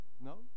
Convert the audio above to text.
No